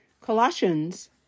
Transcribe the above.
Colossians